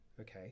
Okay